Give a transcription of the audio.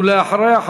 ואחריה,